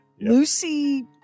Lucy